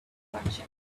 merchant